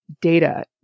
data